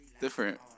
different